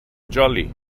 jolly